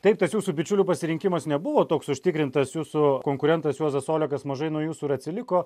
taip tas jūsų bičiulių pasirinkimas nebuvo toks užtikrintas jūsų konkurentas juozas olekas mažai nuo jūsų ir atsiliko